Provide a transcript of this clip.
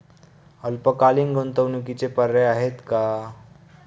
अल्पकालीन गुंतवणूकीचे पर्याय आहेत का?